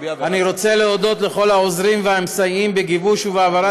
אני רוצה להודות לכל העוזרים והמסייעים בגיבוש ובהעברה